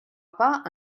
pas